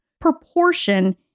proportion